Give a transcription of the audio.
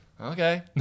okay